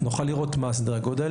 נוכל לראות מה סדרי הגודל.